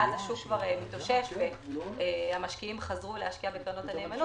מאז השוק כבר מתאושש והמשקיעים חזרו להשקיע בקרנות הנאמנות,